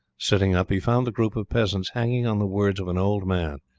sitting up, he found the group of peasants hanging on the words of an old man,